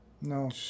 No